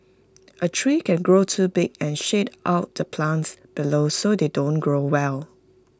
A tree can grow too big and shade out the plants below so they don't grow well